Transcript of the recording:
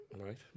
Right